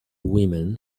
women